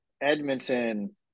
Edmonton